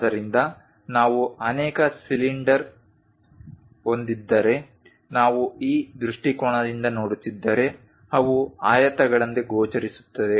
ಆದ್ದರಿಂದ ನಾವು ಅನೇಕ ಸಿಲಿಂಡರ್ಗಳನ್ನು ಹೊಂದಿದ್ದರೆ ನಾವು ಈ ದೃಷ್ಟಿಕೋನದಿಂದ ನೋಡುತ್ತಿದ್ದರೆ ಅವು ಆಯತಗಳಂತೆ ಗೋಚರಿಸುತ್ತವೆ